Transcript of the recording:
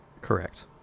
Correct